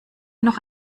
noch